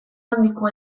handiko